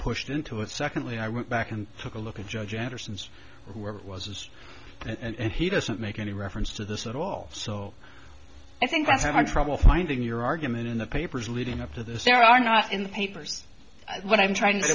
pushed into it secondly i went back and took a look at judge anderson's whoever it was is and he doesn't make any reference to this at all so i think he's had trouble finding your argument in the papers leading up to this there are not in the papers what i'm trying to